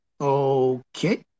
Okay